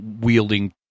wielding